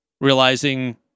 realizing